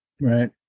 Right